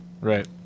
Right